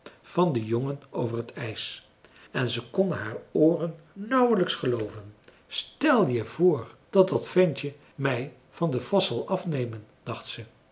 van den jongen over t ijs en ze kon haar ooren nauwelijks gelooven stel je voor dat dat ventje mij van den vos zal afnemen dacht ze